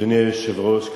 אדוני היושב-ראש,